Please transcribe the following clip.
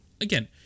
again